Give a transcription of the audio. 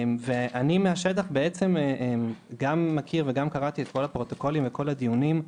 אני מהשטח גם מכיר וגם קראתי את כל הפרוטוקולים ואת כל הדיונים.